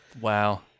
Wow